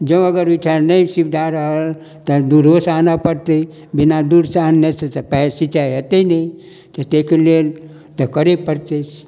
जॅं अगर ओहिठाम नहि सुबिधा रहल तऽ दूरो सँ आनऽ पड़तै बिना दूर सँ अनने सँ तऽ पानि सिंचाइ हेतै नइ तऽ तै कऽ लेल तऽ करऽ पड़तै